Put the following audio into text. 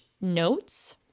notes